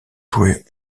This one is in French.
jouer